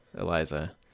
Eliza